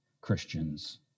Christians